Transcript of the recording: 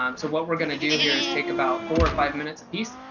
um so what we're going to do here is take about four or five minutes apiece,